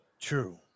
True